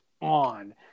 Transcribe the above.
on